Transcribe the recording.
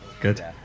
Good